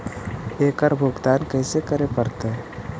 एकड़ भुगतान कैसे करे पड़हई?